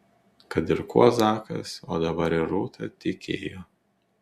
kad ir kuo zakas o dabar ir rūta tikėjo